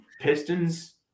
Pistons